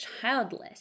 childless